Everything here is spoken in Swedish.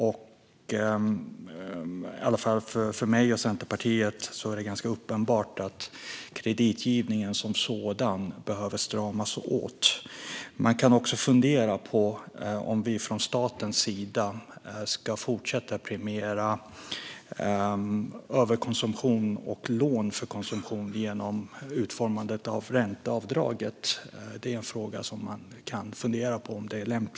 Och i alla fall för mig och Centerpartiet är det ganska uppenbart att kreditgivningen som sådan behöver stramas åt. Man kan också fundera på om vi från statens sida ska fortsätta premiera överkonsumtion och lån för konsumtion genom utformandet av ränteavdraget. Om det är lämpligt är en fråga som man kan fundera på.